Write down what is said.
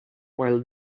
while